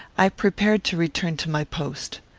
i prepared to return to my post.